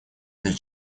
для